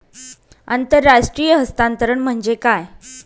आंतरराष्ट्रीय हस्तांतरण म्हणजे काय?